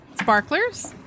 sparklers